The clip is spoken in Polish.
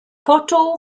poczuł